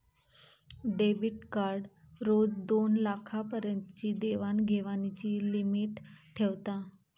debit card रोज दोनलाखा पर्यंतची देवाण घेवाणीची लिमिट ठेवता